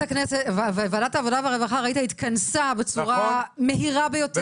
העבודה והרווחה התכנסה בצורה מהירה ביותר,